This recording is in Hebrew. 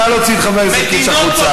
נא להוציא את חבר הכנסת קיש החוצה.